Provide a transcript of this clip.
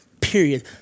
period